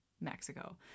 Mexico